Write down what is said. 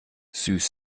süß